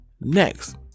next